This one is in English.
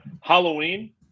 Halloween